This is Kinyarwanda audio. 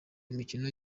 imikino